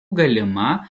galima